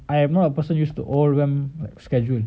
I am not a person used to all of them schedule